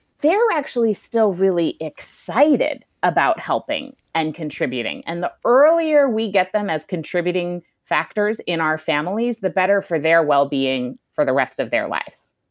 they're actually still really excited about helping and contributing, and the earlier we get them as contributing factors in our families, the better for their wellbeing for the rest of their lives